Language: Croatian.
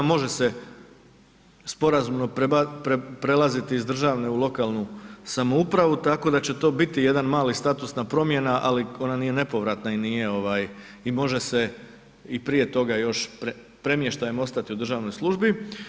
Može se sporazumno prelaziti iz državne u lokalnu samoupravu tako da će to biti jedna mala statusna promjena, ali ona nije nepovratna i može se i prije toga još premještajem ostati u državnoj službi.